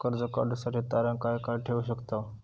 कर्ज काढूसाठी तारण काय काय ठेवू शकतव?